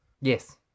Yes